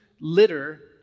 litter